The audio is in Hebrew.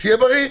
שיהיה בריא.